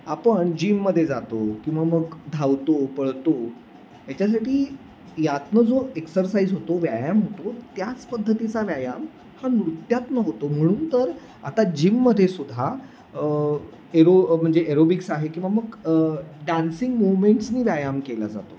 आपण जिममध्ये जातो किंवा मग धावतो पळतो याच्यासाठी यातनं जो एक्सरसाइज होतो व्यायाम होतो त्याच पद्धतीचा व्यायाम हा नृत्यातनं होतो म्हणून तर आता जिममध्ये सुद्धा एरो म्हणजे एरोबिक्स आहे किंवा मग डान्सिंग मूवमेंट्सनी व्यायाम केला जातो